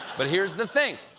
but here's the thing,